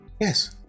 yes